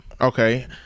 okay